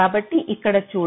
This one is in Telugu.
కాబట్టి ఇక్కడ చూడండి